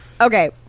Okay